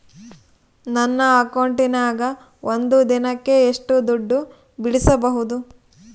ನನ್ನ ಅಕೌಂಟಿನ್ಯಾಗ ಒಂದು ದಿನಕ್ಕ ಎಷ್ಟು ದುಡ್ಡು ಬಿಡಿಸಬಹುದು?